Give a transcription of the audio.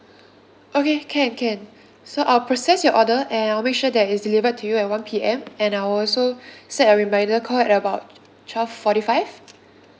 okay can can so I'll process your order and I'll make sure that is delivered to you at one P_M and I'll also set a reminder call at about twelve forty five